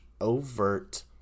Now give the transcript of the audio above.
overt